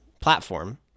platform